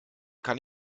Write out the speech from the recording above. kann